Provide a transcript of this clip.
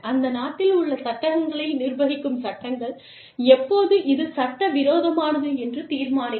அந்த நாட்டில் உள்ள சட்டங்களை நிர்வகிக்கும் சட்டங்கள் எப்போது இது சட்டவிரோதமானது என்று தீர்மானிக்கும்